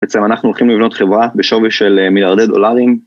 בעצם אנחנו הולכים לבנות חברה בשווי של מיליארדי דולרים.